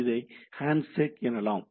இதை ஹேண்ட்ஷேக் எனலாம்